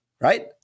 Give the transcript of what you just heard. right